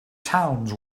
towns